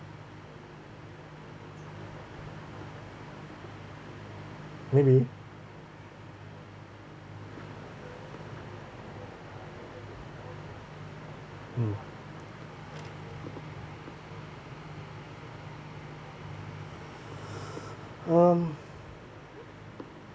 maybe mm um